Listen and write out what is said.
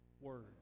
word